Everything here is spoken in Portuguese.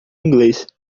inglês